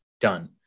done